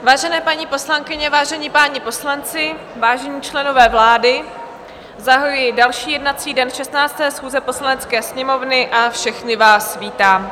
Vážené paní poslankyně, vážení páni poslanci, vážení členové vlády, zahajuji další jednací den 16. schůze Poslanecké sněmovny a všechny vás vítám.